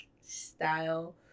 style